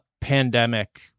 pandemic